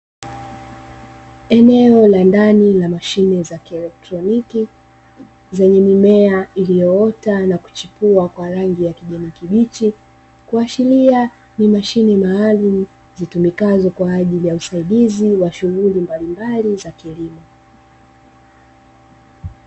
Eneo la ndani la mashine za kieletroniki, zenye mimea iliyoota na kuchipua kwa rangi ya kijani kibichi, ikiashiria kuwa ni mashine maalumu zitumikazo kwa ajili kusaidia shughuli mbalimbali za kilimo.